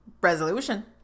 resolution